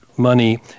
Money